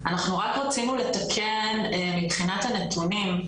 אנחנו רק רצינו לתקן מבחינת הנתונים,